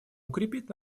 укрепит